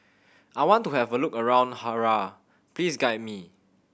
I want to have a look around Harare please guide me